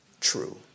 true